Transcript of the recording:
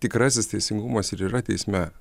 tikrasis teisingumas ir yra teisme